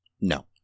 No